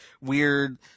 weird